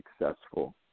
successful